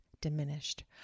diminished